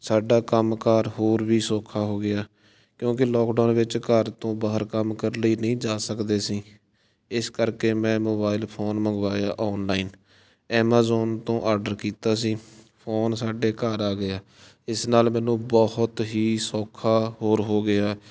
ਸਾਡਾ ਕੰਮਕਾਰ ਹੋਰ ਵੀ ਸੌਖਾ ਹੋ ਗਿਆ ਕਿਉਂਕਿ ਲੋਕਡਾਊਨ ਵਿੱਚ ਘਰ ਤੋਂ ਬਾਹਰ ਕੰਮ ਕਰ ਲਈ ਨਹੀਂ ਜਾ ਸਕਦੇ ਸੀ ਇਸ ਕਰਕੇ ਮੈਂ ਮੋਬਾਈਲ ਫੋਨ ਮੰਗਵਾਇਆ ਔਨਲਾਈਨ ਐਮਾਜ਼ੋਨ ਤੋਂ ਆਡਰ ਕੀਤਾ ਸੀ ਫੋਨ ਸਾਡੇ ਘਰ ਆ ਗਿਆ ਇਸ ਨਾਲ ਮੈਨੂੰ ਬਹੁਤ ਹੀ ਸੌਖਾ ਹੋਰ ਹੋ ਗਿਆ